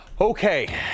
Okay